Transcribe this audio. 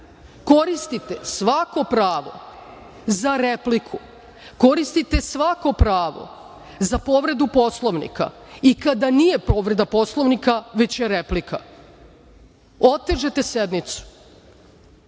Koristite svako pravo za repliku. Koristite svako pravo za povredu Poslovnika i kada nije povreda Poslovnika, već je replika. Otežete sednicu.